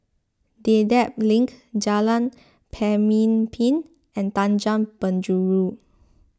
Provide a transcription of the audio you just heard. Dedap Link Jalan Pemimpin and Tanjong Penjuru